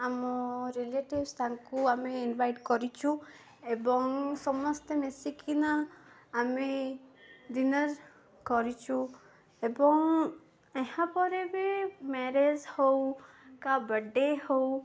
ଆମ ରିଲେଟିଭ୍ସ ତାଙ୍କୁ ଆମେ ଇନଭାଇଟ୍ କରିଛୁ ଏବଂ ସମସ୍ତେ ମିଶିକିନା ଆମେ ଡିନର୍ କରିଛୁ ଏବଂ ଏହାପରେ ବି ମ୍ୟାରେଜ୍ ହଉ କ ବର୍ଥ ଡେ ହଉ